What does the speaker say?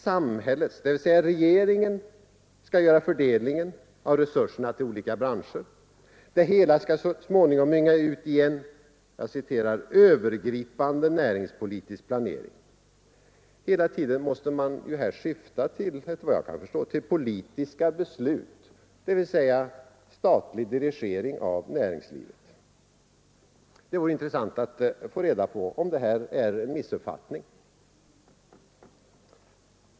Samhället, dvs. regeringen, skall göra fördelningen av resurserna till olika branscher. Det hela skall så småningom mynna ut i en ”övergripande näringspolitisk planering”. Hela tiden måste man ju här, såvitt jag kan förstå, syfta till politiska beslut, dvs. statlig dirigering av näringslivet. Det vore intressant att få reda på om detta är en missuppfattning.